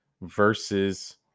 versus